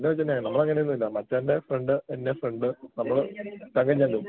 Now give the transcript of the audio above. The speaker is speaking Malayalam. ഇല്ല മച്ചാനെ നമുക്കങ്ങനെയൊന്നുമില്ല മച്ചാൻ്റെ ഫ്രണ്ട് എന്റെയും ഫ്രണ്ട് നമ്മള് ചങ്കും ചങ്കും